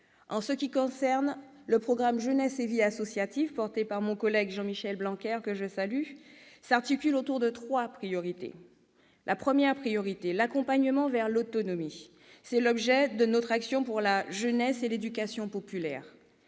ce qui le concerne, le programme « Jeunesse et vie associative », porté par mon collègue Jean-Michel Blanquer, que je salue, s'articule autour de trois priorités. La première est l'accompagnement vers l'autonomie ; c'est l'objet de notre action pour la jeunesse et l'éducation populaire.